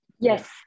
Yes